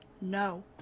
no